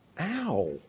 ow